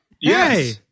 Yes